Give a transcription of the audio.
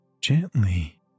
gently